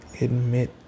admit